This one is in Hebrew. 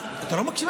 אתה לא מקשיב.